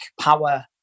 power